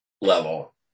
level